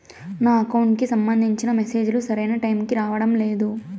నా అకౌంట్ కి సంబంధించిన మెసేజ్ లు సరైన టైముకి రావడం లేదు